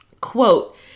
quote